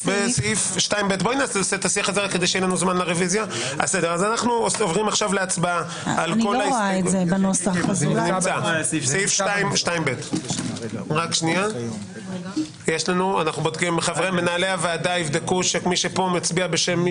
סעיף 2ב. מצביעים על כל ההסתייגויות כמקשה.